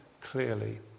clearly